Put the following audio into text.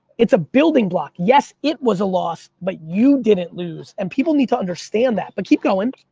it's a building block. yes, it was a loss, but you didn't lose. and people need to understand that. but keep going.